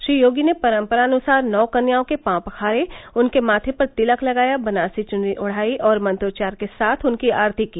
श्री योगी ने परम्परानुसार नौ कन्याओं के पांव पखारे उनके माथे पर तिलक लगाया बनारसी चुनरी ओढाई और मंत्रोच्चार के साथ उनकी आरती की